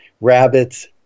rabbits